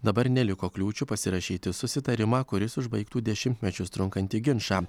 dabar neliko kliūčių pasirašyti susitarimą kuris užbaigtų dešimtmečius trunkantį ginčą